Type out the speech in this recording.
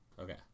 Okay